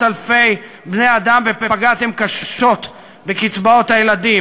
אלפי בני-אדם ופגעתם קשות בקצבאות הילדים.